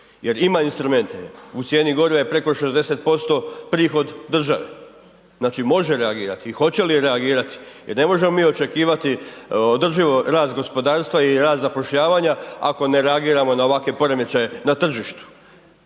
jer ima instrumente, u cijeni goriva je preko 60% prihod države, znači, može reagirati i hoće li reagirati jer ne možemo mi očekivati održivo rast gospodarstva i rast zapošljavanja ako ne reagiramo na ovakve poremećaje na tržištu.